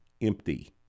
empty